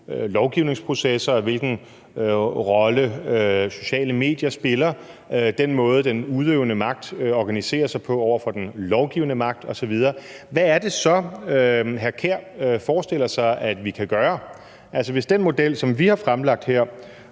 lovgivningsprocesser, og hvilken rolle sociale medier spiller; den måde, den udøvende magt organiserer sig på over for den lovgivende magt osv. – hvad er det så, hr. Kasper Sand Kjær forestiller sig, at vi kan gøre? Hvis ikke den model, som vi har fremlagt her,